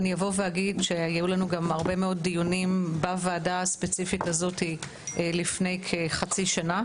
אגיד שהיו לנו גם הרבה מאוד דיונים בוועדה הספציפית הזאת לפני כחצי שנה.